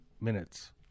minutes